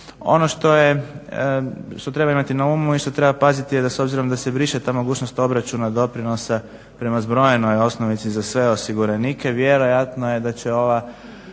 je, što treba imati na umu i što treba paziti jer s obzirom da se briše ta mogućnost obračuna i doprinosa prema zbrojenoj osnovici za sve osiguranike, vjerojatno je da će ova